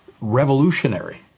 revolutionary